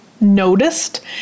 noticed